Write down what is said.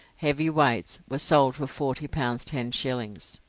heavy weights, were sold for forty pounds ten shillings.